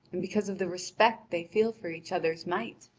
and because of the respect they feel for each other's might.